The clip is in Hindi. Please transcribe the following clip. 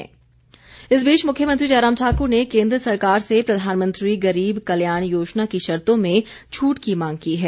मांग इस बीच मुख्यमंत्री जयराम ठाकुर ने केन्द्र सरकार से प्रधानमंत्री गरीब कल्याण योजना की शर्तो में छूट की मांग की है